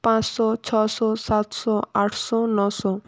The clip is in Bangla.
পাঁচশো ছশো সাতশো আটশো নশো